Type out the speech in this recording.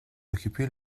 occupait